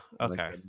okay